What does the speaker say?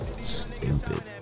stupid